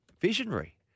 Visionary